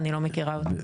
אני לא מכירה אותן.